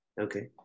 Okay